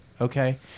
okay